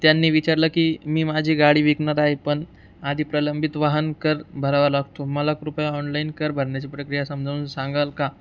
त्यांनी विचारलं की मी माझी गाडी विकणार आहे पण आधी प्रलंबित वाहन कर भरावा लागतो मला कृपया ऑनलाईन कर भरण्या्ची प्रक्रिया समजावून सांगाल का